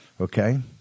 Okay